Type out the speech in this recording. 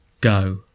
go